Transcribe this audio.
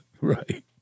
right